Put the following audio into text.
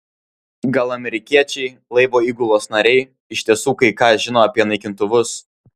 gal amerikiečiai laivo įgulos nariai iš tiesų kai ką žino apie naikintuvus